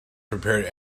prepared